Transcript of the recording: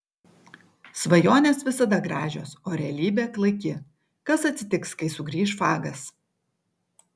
svajonės visada gražios o realybė klaiki kas atsitiks kai sugrįš fagas